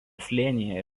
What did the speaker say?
slėnyje